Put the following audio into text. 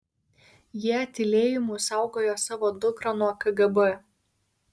jie tylėjimu saugojo savo dukrą nuo kgb